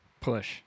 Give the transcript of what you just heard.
Push